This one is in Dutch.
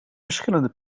verschillende